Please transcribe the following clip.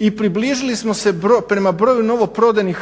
I približili smo se prema broju novoprodanih